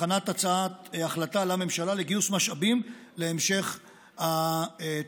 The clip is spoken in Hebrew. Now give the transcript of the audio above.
הכנת הצעת החלטה לממשלה לגיוס משאבים להמשך התוכנית.